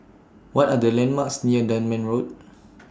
What Are The landmarks near Dunman Road